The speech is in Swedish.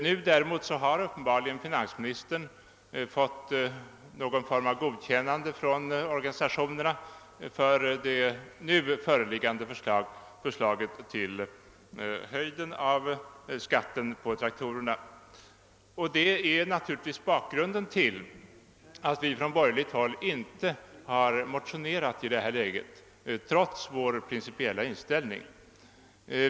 Nu däremot har finansministern uppenbarligen fått någon form av godkännande från organisationerna för det nu föreliggande förslaget när det gäller höjden av skatten på traktorer. Det är naturligtvis bakgrunden till att vi från borgerligt håll inte har motionerat i detta läge trots vår principiella inställning.